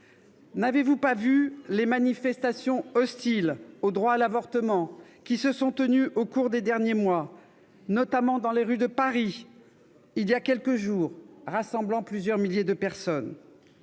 N'avez-vous pas vu les manifestations hostiles au droit à l'avortement qui se sont tenues au cours des derniers mois, notamment dans les rues de Paris il y a quelques jours, rassemblant plusieurs milliers de personnes ?